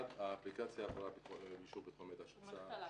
האפליקציה עברה אישור בטחון מידע של צה"ל.